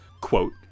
quote